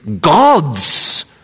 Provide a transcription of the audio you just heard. God's